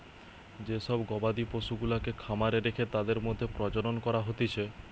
যে সব গবাদি পশুগুলাকে খামারে রেখে তাদের মধ্যে প্রজনন করা হতিছে